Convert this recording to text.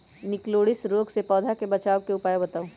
निककरोलीसिस रोग से पौधा के बचाव के उपाय बताऊ?